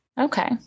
Okay